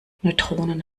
neutronen